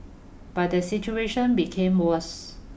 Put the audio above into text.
but the situation became worse